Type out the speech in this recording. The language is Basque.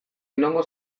inongo